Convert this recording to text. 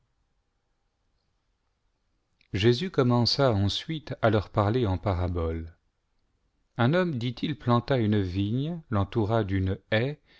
jésus commença ensuiteà leur parler en paraboles un homme dit-il plantaune vigne l'entoura d'une haie